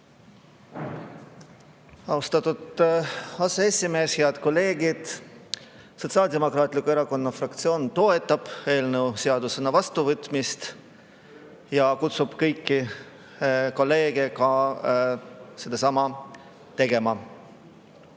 Austatud aseesimees! Head kolleegid! Sotsiaaldemokraatliku Erakonna fraktsioon toetab eelnõu seadusena vastuvõtmist ja kutsub kõiki kolleege sedasama tegema.